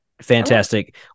Fantastic